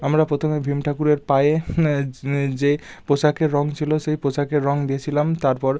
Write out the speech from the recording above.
আমরা প্রথমে ভীম ঠাকুরের পায়ে যে পোশাকের রঙ ছিলো সেই পোশাকের রঙ দিয়েছিলাম তারপর